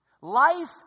Life